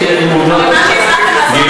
אבל מה שהצלחתם לעשות